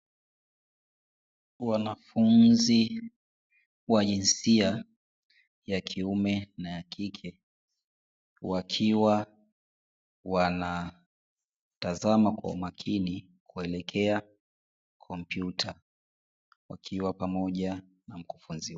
Wanafunzi wa jinsia ya kiume na ya kike wakiwa wanatazama kwa umakini kuelekea kompyuta, wakiwa pamoja na mkufunzi wao.